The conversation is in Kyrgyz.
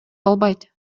албайт